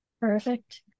Perfect